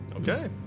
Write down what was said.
Okay